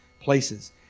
places